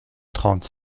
trente